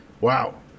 Wow